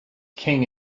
king